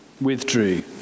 withdrew